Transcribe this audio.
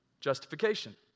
Justification